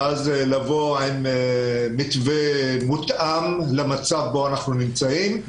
ואז לבוא עם מתווה מותאם למצב בו אנחנו נמצאים.